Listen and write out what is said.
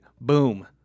boom